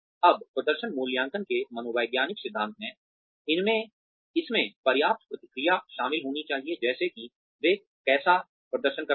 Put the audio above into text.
अब प्रदर्शन मूल्यांकन के मनोवैज्ञानिक सिद्धांत हैं इसमें पर्याप्त प्रतिक्रिया शामिल होनी चाहिए जैसे कि वे कैसा प्रदर्शन कर रहे हैं